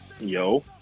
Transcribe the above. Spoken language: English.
Yo